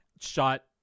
shot